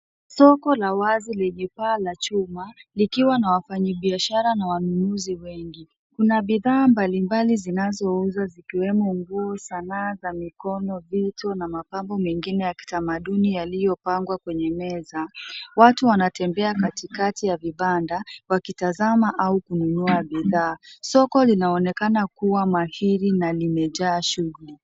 Soko la uwazi lenye paa la chuma, likiwa na wafanyibiashara na wanunuzi wengi. Kuna bidhaa mbalimbali zinazouzwa vikiwemo nguo, sanaa za mikono, vito na mapambo mengine ya kitamaduni yaliyopangwa kwenye meza. Watu wanatembea katikati ya vibanda, wakitazama au kununua bidhaa. Soko linaonekana kuwa mahiri na limejaa shughuli.